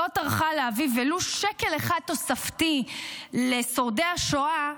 לא טרחה להביא ולו שקל אחד תוספתי לשורדי השואה,